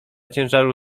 ciężaru